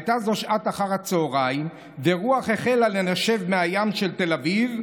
הייתה זו שעת אחר הצוהריים ורוח החלה לנשב מהים של תל אביב,